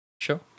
Sure